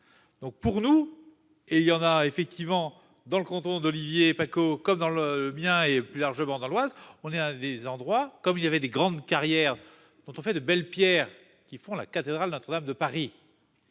Donc pour nous, et il y en a effectivement dans le canton d'Olivier Paccaud comme dans le bien et plus largement dans l'Oise. On est à des endroits comme il y avait des grandes carrières dont on fait de belles pierres qui font la cathédrale Notre-Dame de Paris.